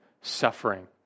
suffering